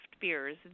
beers